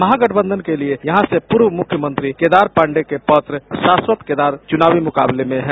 महागठबंधन के लिए यहां से पूर्व मुख्यमंत्री केदार पांडेय के पौत्र शाश्वत केदार चुनावी मुकाबले में है